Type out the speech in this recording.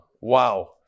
Wow